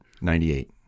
Ninety-eight